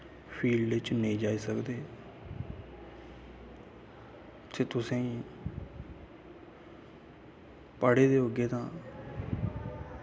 field च नेंई जाई सकदे इत्थें तुसें पढ़े दे होगे तां